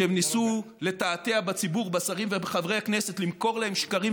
שניסו לתעתע בציבור, בשרים ובחברי הכנסת,